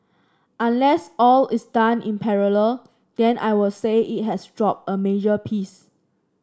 unless all is done in parallel then I will say it has dropped a major piece